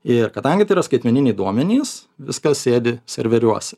ir kadangi tai yra skaitmeniniai duomenys viskas sėdi serveriuose